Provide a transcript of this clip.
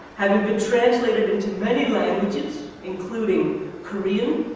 having been translated into many languages including korean,